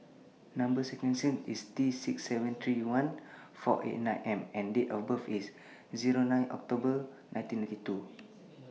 Number sequence IS T six seven three one four eight nine M and Date of birth IS Zero nine October nineteen ninety two